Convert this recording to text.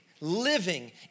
living